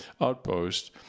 outpost